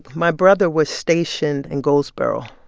my brother was stationed in goldsboro,